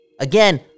again